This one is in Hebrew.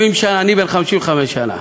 אני בן 55 שנה,